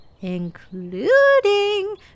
including